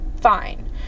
Fine